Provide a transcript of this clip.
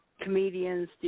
comedians